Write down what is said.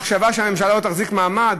מחשבה שהממשלה לא תחזיק מעמד?